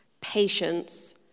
patience